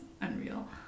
unreal